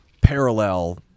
parallel